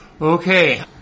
okay